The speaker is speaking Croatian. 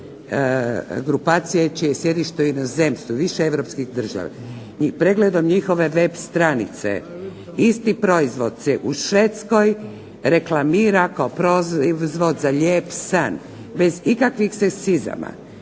članici grupacije čije je sjedište u inozemstvu u više europskih država. I pregledom njihove web stranice isti proizvod se u Švedskoj reklamira kao proizvod za lijep san, bez ikakvih seksizama,